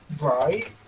Right